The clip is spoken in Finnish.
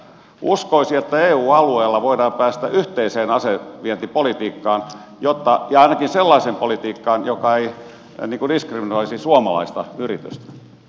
uskoisin että eu alueella voidaan päästä yhteiseen asevientipolitiikkaan ja ainakin sellaiseen politiikkaan joka ei diskriminoisi suomalaista yritystä